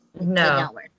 No